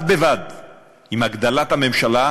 בד בבד עם הגדלת הממשלה,